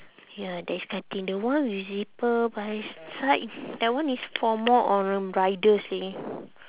ya there's cutting the one with zipper by side that one is for more on riders leh